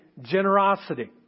Generosity